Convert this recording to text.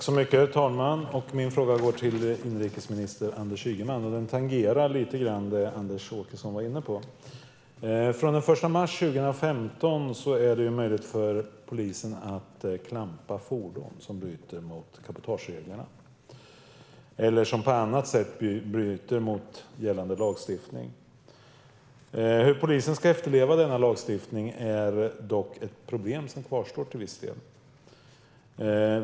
Herr talman! Min fråga går till inrikesminister Anders Ygeman, och den tangerar det som Anders Åkesson var inne på. Från den 1 mars 2015 är det möjligt för polisen att klampa fordon som bryter mot cabotagereglerna eller på annat sätt bryter mot gällande lagstiftning. Hur polisen ska se till att lagstiftningen efterlevs är dock ett problem som till viss del kvarstår.